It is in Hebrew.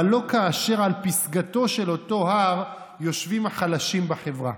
אבל לא כאשר על פסגתו של אותו הר יושבים החלשים בחברה.